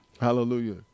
Hallelujah